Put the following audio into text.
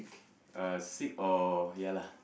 uh sick or ya lah